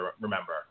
remember